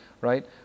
right